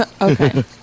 Okay